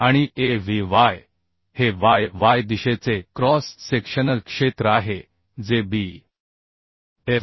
आणि AVy हे yy दिशेचे क्रॉस सेक्शनल क्षेत्र आहे जे B f